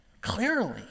clearly